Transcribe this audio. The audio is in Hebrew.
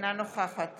אינה נוכחת